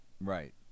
right